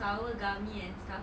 sour gummy and stuff